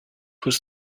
was